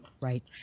Right